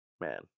Man